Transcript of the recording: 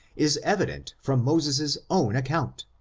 is evident from mo ses's own account,